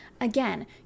Again